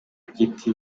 giti